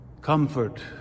Comfort